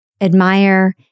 admire